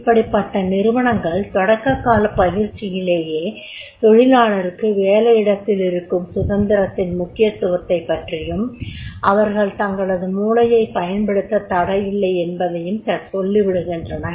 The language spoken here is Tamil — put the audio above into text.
இப்படிப்பட்ட நிறுவனங்கள் தொடக்க காலப் பயிற்சியிலேயே தொழிலாளருக்கு வேலையிடத்தில் இருக்கும் சுதந்திரத்தின் முக்கியத்துவம் பற்றியும் அவர்கள் தங்களது மூளையைப் பயன்படுத்த தடையில்லையென்பதையும் சொல்லிவிடுகின்றன